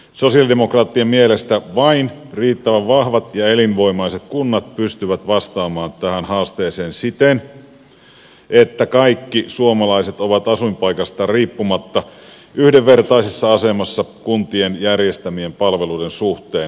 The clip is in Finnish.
sosialidemokraattien mielestä vain riittävän vahvat ja elinvoimaiset kunnat pystyvät vastaamaan tähän haasteeseen siten että kaikki suomalaiset ovat asuinpaikastaan riippumatta yhdenvertaisessa asemassa kuntien järjestämien palveluiden suhteen